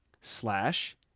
slash